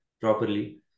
properly